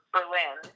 Berlin